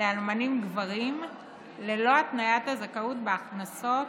לאלמנים גברים ללא התניית הזכאות בהכנסות